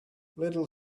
little